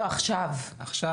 לא, אני מתכוונת לכנס שהיה עכשיו.